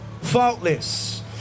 faultless